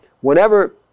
whenever